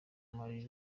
marie